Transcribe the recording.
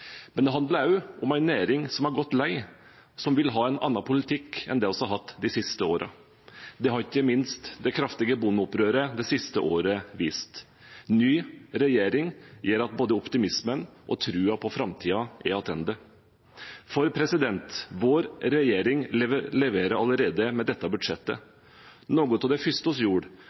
Men det handler også om en næring som har gått lei, som vil ha en annen politikk enn det vi har hatt de siste årene. Det har ikke minst det kraftige bondeopprøret det siste året vist. Ny regjering gjør at både optimismen og troen på framtiden er tilbake, for vår regjering leverer allerede med dette budsjettet. Noe av det første